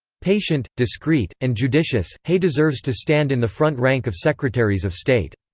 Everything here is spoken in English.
patient, discreet, and judicious, hay deserves to stand in the front rank of secretaries of state.